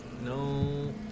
No